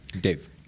dave